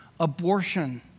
abortion